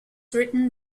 written